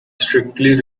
strictly